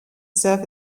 serve